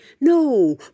No